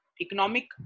economic